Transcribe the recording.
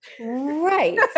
Right